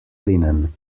linen